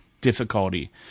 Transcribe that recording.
difficulty